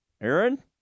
Aaron